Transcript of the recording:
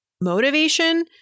motivation